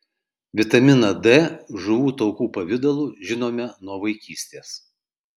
vitaminą d žuvų taukų pavidalu žinome nuo vaikystės